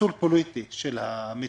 ניצול פוליטי של המצוקה,